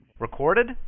Recorded